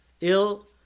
ill